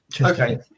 Okay